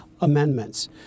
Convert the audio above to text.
Amendments